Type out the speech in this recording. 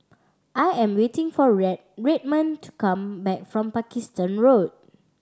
I am waiting for Red Redmond to come back from Pakistan Road